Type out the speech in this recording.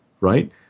right